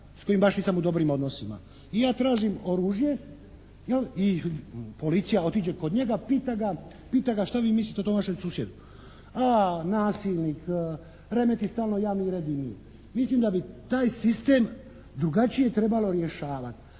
s kojim baš nisam u dobrim odnosima. I ja tražim oružje jel' i policija otiđe kod njega, pita ga, pita ga šta vi mislite o tom vašem susjedu? A nasilnik, remeti stalno javni red i mir. Mislim da bi taj sistem drugačije trebalo rješavati.